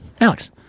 Alex